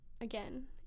again